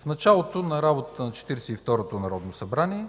В началото на работата на Четиридесет и второто народно събрание